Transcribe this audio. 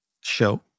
show